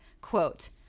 quote